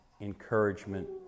encouragement